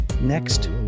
next